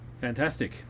Fantastic